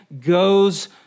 goes